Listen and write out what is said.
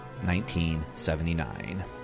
1979